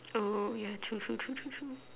oh yeah true true true true true